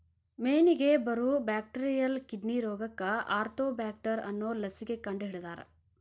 ಮೇನಿಗೆ ಬರು bacterial kidney ರೋಗಕ್ಕ ಆರ್ತೋಬ್ಯಾಕ್ಟರ್ ಅನ್ನು ಲಸಿಕೆ ಕಂಡಹಿಡದಾರ